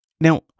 Now